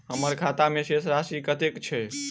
हम्मर खाता मे शेष राशि कतेक छैय?